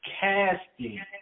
casting